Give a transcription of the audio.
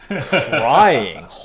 crying